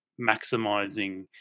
maximizing